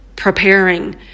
Preparing